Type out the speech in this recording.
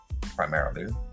primarily